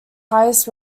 highest